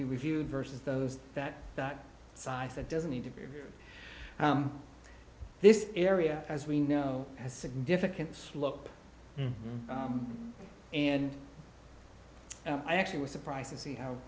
be reviewed versus those that that size that doesn't need to be this area as we know has significant slope and i actually was surprised to see how